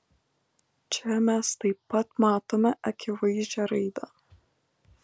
čia mes taip pat matome akivaizdžią raidą